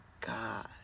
God